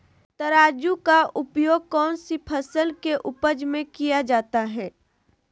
तराजू का उपयोग कौन सी फसल के उपज में किया जाता है?